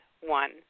one